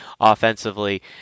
offensively